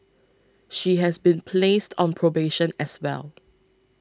she has been placed on probation as well